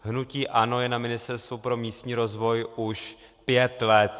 Hnutí ANO je na Ministerstvu pro místní rozvoj už pět let.